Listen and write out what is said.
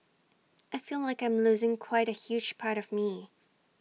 I feel like I'm losing quite A huge part of me